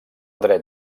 dret